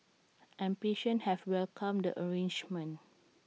and patients have welcomed the arrangement